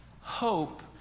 hope